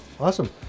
Awesome